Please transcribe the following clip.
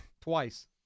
twice